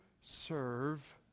serve